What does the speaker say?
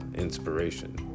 Inspiration